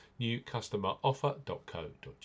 newcustomeroffer.co.uk